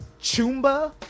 chumba